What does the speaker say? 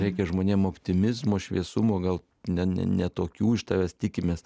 reikia žmonėm optimizmo šviesumo gal ne ne ne tokių iš tavęs tikimės